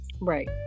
Right